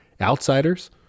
outsiders